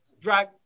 drag